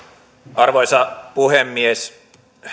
arvoisa puhemies